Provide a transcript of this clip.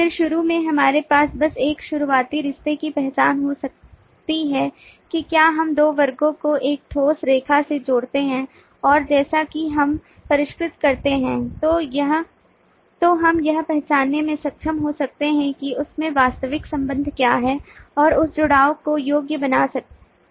फिर शुरू में हमारे पास बस एक शुरुआती रिश्ते की पहचान हो सकती है कि क्या हम दो वर्गों को एक ठोस रेखा से जोड़ते हैं और जैसा कि हम परिष्कृत करते हैं तो हम यह पहचानने में सक्षम हो सकते हैं कि उस में वास्तविक संबंध क्या है और उस जुड़ाव को योग्य बना सकता है